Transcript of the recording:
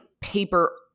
paper